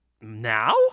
now